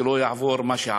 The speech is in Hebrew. שלא יעבור מה שעברו.